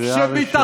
קריאה ראשונה.